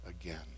again